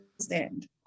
understand